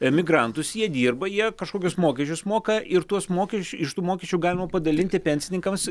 emigrantus jie dirba jie kažkokius mokesčius moka ir tuos mokesč iš tų mokesčių galima padalinti pensininkams